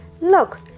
Look